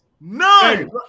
No